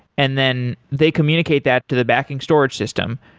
and then they communicate that to the backing storage system,